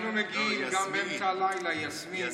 היינו מגיעים גם באמצע הלילה, יסמין.